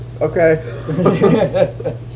Okay